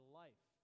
life